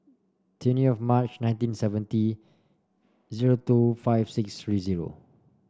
twenty of March nineteen seventy zero two five six three zero